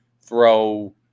throw